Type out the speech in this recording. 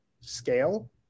scale